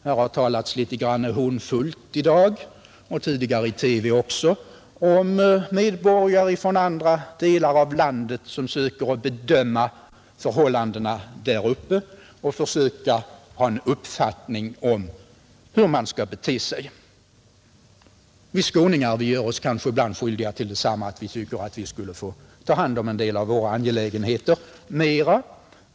Här har talats litet hånfullt i dag — och tidigare i TV också — om medborgare från andra delar av landet som söker bedöma förhållandena där uppe och försöker ha en uppfattning om hur man skall bete sig. Vi skåningar gör oss kanske ibland skyldiga till detsamma: vi tycker att vi mera borde få ta hand om en del av våra angelägenheter.